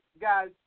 Guys